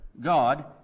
God